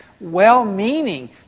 well-meaning